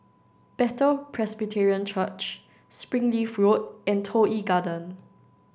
Bethel Presbyterian Church Springleaf Road and Toh Yi Garden